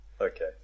Okay